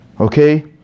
Okay